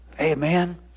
amen